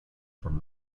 from